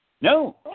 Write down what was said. No